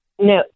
No